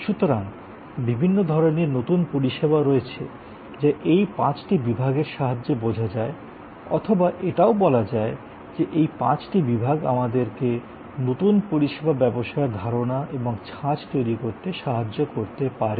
সুতরাং বিভিন্ন ধরণের নতুন পরিষেবা রয়েছে যা এই পাঁচটি বিভাগের সাহায্যে বোঝা যায় অথবা এটাও বলা যায় যে এই পাঁচটি বিভাগ আমাদেরকে নতুন পরিষেবা ব্যবসায়ের ধারণা এবং ছাঁচ তৈরি করতে সাহায্য করতে পারে